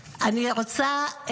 רוצה,